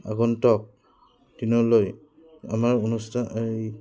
আগন্তুক দিনলৈ আমাৰ অনুষ্ঠান এই